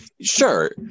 Sure